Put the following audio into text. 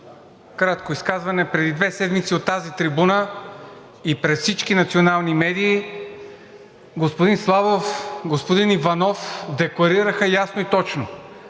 кратко изказване. Преди две седмици от тази трибуна и пред всички национални медии господин Славов и господин Иванов декларираха ясно и точно: